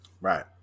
Right